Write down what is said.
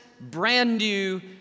brand-new